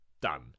done